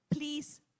please